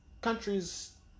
Countries